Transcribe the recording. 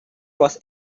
was